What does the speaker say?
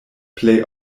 plej